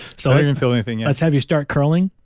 so i didn't feel anything yet let's have you start curling.